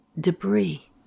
debris